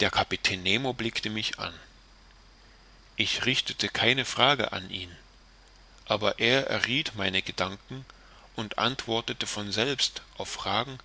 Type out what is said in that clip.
der kapitän nemo blickte mich an ich richtete keine frage an ihn aber er errieth meine gedanken und antwortete von selbst auf fragen